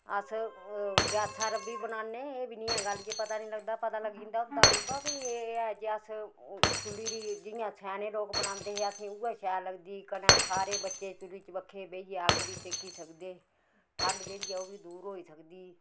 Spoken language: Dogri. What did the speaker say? अस गैसा'र बी बनाने एह् बी नी ऐ गल्ल जे पता नी लगदा पता लग्गी जंदा ओह्दा बी बा एह् ऐ जे अस चुल्ली'र जियां स्याने लोक बनांदे हे असें उ'यै शैल लगदी कन्नै सारे बच्चे चुल्ली चबक्खै बेहियै अग्ग बी सेकी सकदे ठंड जेह्ड़ी ऐ ओह् बी दूर होई सकदी